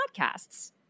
podcasts